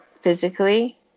Physically